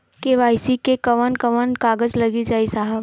KYC मे कवन कवन कागज लगी ए साहब?